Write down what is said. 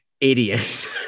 idiot